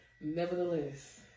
Nevertheless